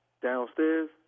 Downstairs